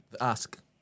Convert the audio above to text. ask